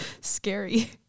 scary